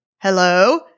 Hello